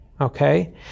Okay